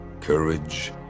Courage